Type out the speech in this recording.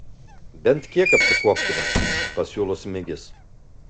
bent kiek apsikuopkime pasiūlo smigis